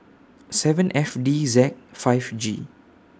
seven F D Z five G